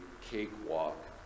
cakewalk